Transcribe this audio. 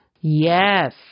Yes